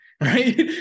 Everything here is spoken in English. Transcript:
right